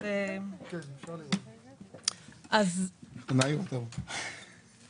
אני מאחל לכם להסתדר בפן האישי אבל בפוליטי אני מקווה